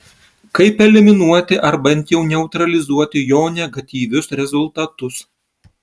kaip eliminuoti arba bent jau neutralizuoti jo negatyvius rezultatus